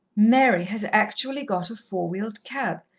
mary has actually got a four-wheeled cab!